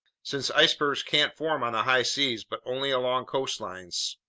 since icebergs can't form on the high seas but only along coastlines.